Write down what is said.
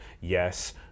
yes